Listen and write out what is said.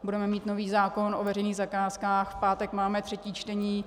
Budeme mít nový zákon o veřejných zakázkách, v pátek máme třetí čtení.